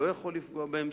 לא יכול לפגוע בהם,